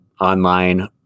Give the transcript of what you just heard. online